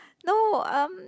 no um